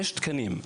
יש תקנים,